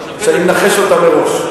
שאני מנחש אותה מראש.